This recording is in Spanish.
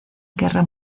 guerra